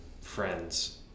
friends